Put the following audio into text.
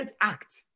act